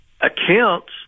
accounts